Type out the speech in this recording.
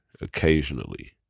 occasionally